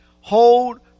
Hold